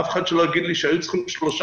אף אחד לא יגיד לי שהיו צריכים שלושה